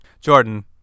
Jordan